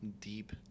deep